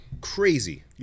Crazy